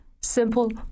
simple